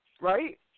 right